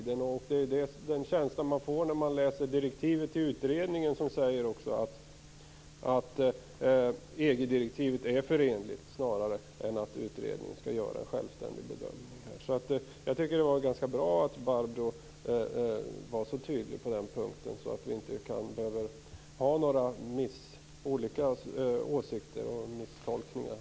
Det är också den känslan man får när man läser direktivet till utredningen, som säger att EG-direktivet är förenligt snarare än att utredningen skall göra en självständig bedömning. Jag tycker att det var ganska bra att Barbro Hietala Nordlund var så tydlig på den punkten, så att vi inte behöver ha olika åsikter och göra misstolkningar.